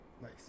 Nice